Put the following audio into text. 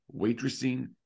waitressing